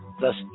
thus